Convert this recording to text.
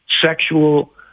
sexual